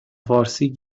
فارسی